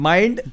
Mind